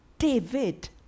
David